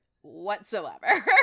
whatsoever